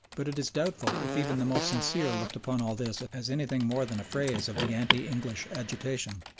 but it is doubtful if even the most sincere looked upon all this as anything more than a phase of the anti-english agitation.